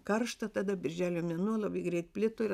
karšta tada birželio mėnuo labai greit plito ir